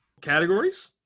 categories